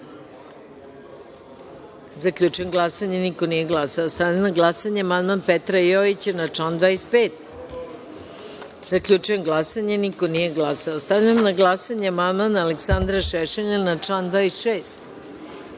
24.Zaključujem glasanje: niko nije glasao. Stavljam na glasanje amandman Petra Jojića na član 25.Zaključujem glasanje: niko nije glasao. Stavljam na glasanje amandman Aleksandra Šešelja na član